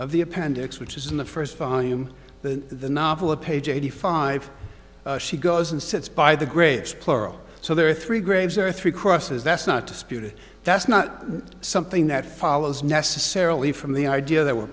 of the appendix which is in the first volume the novel of page eighty five she goes and sits by the graves plural so there are three graves or three crosses that's not disputed that's not something that follows necessarily from the idea that we're